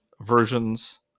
versions